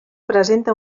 presenta